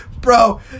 Bro